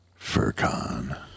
Furcon